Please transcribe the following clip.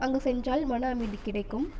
அங்கு சென்றால் மன அமைதி கிடைக்கும்